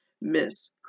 Miss